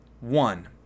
One